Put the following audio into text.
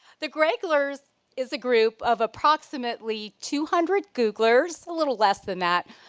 the greyglers is a group of approximately two hundred googlers, a little less than that,